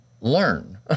learn